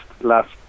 last